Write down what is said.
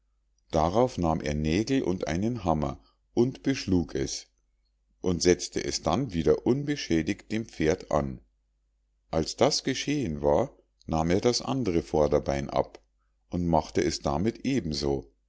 darauf nahm er nägel und einen hammer und beschlug es und setzte es dann wieder unbeschädigt dem pferd an als das geschehen war nahm er das andre vorderbein ab und machte es damit eben